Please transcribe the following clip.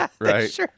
right